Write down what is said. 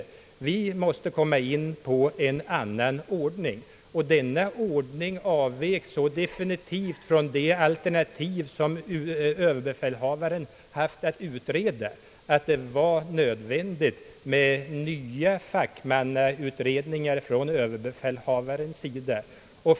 Vi måste komma in på en annan ordning, och denna ordning avvek så definitivt från de alternativ som överbefälhavaren haft att utreda att det var nödvändigt med nya fackmannautredningar från överbefälhavarens sida.